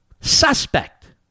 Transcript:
Suspect